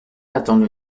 d’attendre